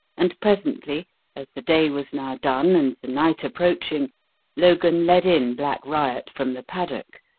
and presently as the day was now done and the night approaching logan led in black riot from the paddock,